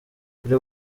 kuri